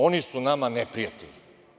Oni su nama neprijatelji.